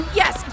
yes